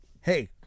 Hey